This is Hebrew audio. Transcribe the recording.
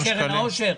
זה קשור לקרן העושר?